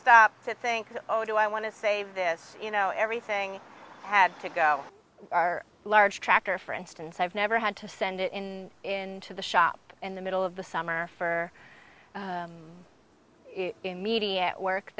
stop to think oh do i want to save this you know everything had to go our large tractor for instance i've never had to send it in in to the shop in the middle of the summer for immediate work